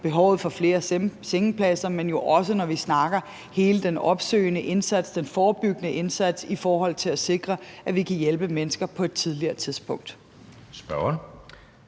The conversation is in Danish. behovet for flere sengepladser, men også når vi snakker hele den opsøgende indsats, den forebyggende indsats, i forhold til at sikre, at vi kan hjælpe mennesker på et tidligere tidspunkt.